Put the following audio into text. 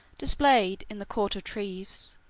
displayed, in the court of treves,